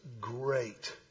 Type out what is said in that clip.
great